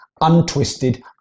untwisted